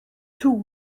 tour